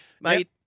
Mate